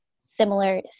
similar